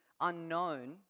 unknown